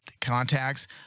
contacts